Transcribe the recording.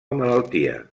malaltia